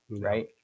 right